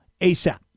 ASAP